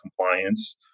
compliance